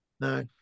No